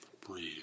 Breathe